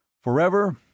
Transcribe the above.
Forever